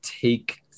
take